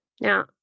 now